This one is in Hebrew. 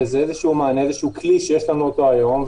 וזה איזשהו מענה, איזשהו כלי שיש לנו אותו היום.